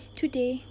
today